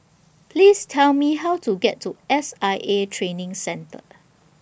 Please Tell Me How to get to S I A Training Centre